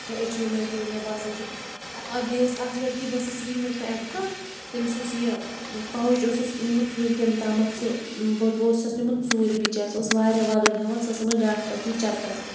کینٛہہ ایٚچیٖومٮ۪نٛٹ یِم مےٚ باسان چھُ بیٚیہِ ٲس اَکھ لٔڑکی بہٕ ٲسٕس سرینگرٕ اَکہِ دۄہ تٔمِس اوس یہِ پاوُچ اوسُس نیُمُت ژوٗرِ کٔمۍ تامَتھ سُہ بٔٹوٕ اوس ہَس نیُمُت ژوٗرِ بِچارِ سۄ ٲس واریاہ وَدُن ہٮ۪وان سۄ ٲس آمٕژ ڈاکٹرٛس نِش چَکرَس